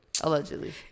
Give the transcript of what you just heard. Allegedly